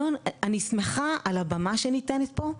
אני שמחה על הבמה שניתנת פה,